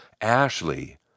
Ashley